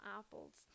apples